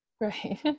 right